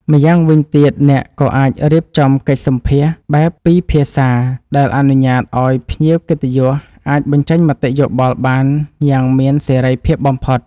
ម្យ៉ាងវិញទៀតអ្នកក៏អាចរៀបចំកិច្ចសម្ភាសន៍បែបពីរភាសាដែលអនុញ្ញាតឱ្យភ្ញៀវកិត្តិយសអាចបញ្ចេញមតិយោបល់បានយ៉ាងមានសេរីភាពបំផុត។